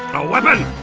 a weapun!